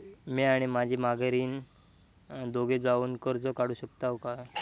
म्या आणि माझी माघारीन दोघे जावून कर्ज काढू शकताव काय?